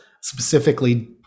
specifically